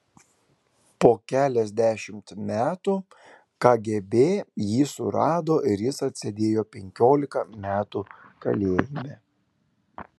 po keliasdešimt metų kgb jį surado ir jis atsėdėjo penkiolika metų kalėjime